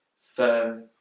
firm